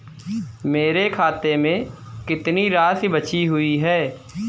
मेरे खाते में कितनी राशि बची हुई है?